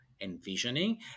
envisioning